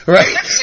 Right